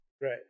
right